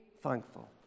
thankful